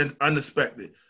unexpected